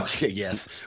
Yes